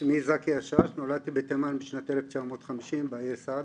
שמי זכי השש, נולדתי בתימן בשנת 1950, בעיר סעדה,